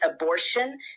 abortion